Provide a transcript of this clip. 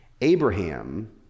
Abraham